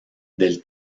del